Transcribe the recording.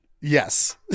Yes